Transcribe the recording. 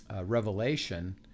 revelation